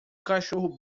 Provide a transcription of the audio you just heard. cachorro